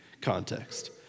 context